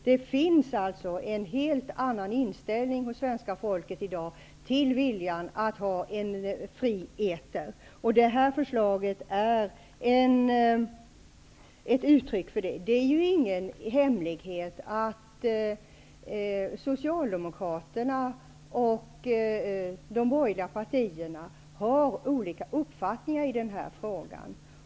Det finns alltså i dag en helt annan inställning hos svenska folket till fria etermedier, och det här förslaget är ett uttryck för detta. Det är ju ingen hemlighet att Socialdemokraterna och de borgerliga partierna har olika uppfattningar i den här frågan.